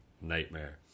nightmare